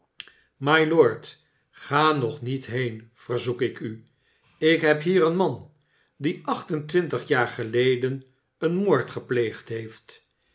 mylord ga nog niet heen verzoek ik u ik heb hier een man die acht en twintig jaar geleden een moord gepleegd heeft